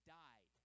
died